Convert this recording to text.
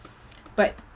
but